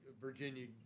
Virginia